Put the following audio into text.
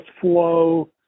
flow